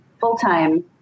full-time